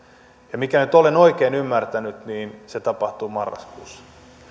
mikäli nyt olen oikein ymmärtänyt niin se tapahtuu marraskuussa